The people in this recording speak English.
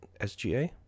SGA